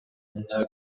мында